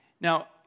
Now